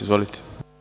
Izvolite.